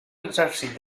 exèrcit